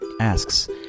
asks